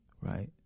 right